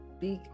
big